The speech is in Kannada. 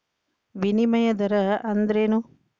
ವಿನಿಮಯ ದರ ಅಂದ್ರೇನು?